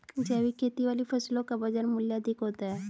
जैविक खेती वाली फसलों का बाजार मूल्य अधिक होता है